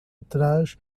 atrás